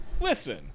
listen